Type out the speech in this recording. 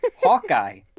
hawkeye